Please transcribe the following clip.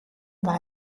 war